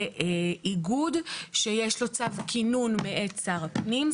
זה איגוד שיש לו צו כינון מאת שר הפנים,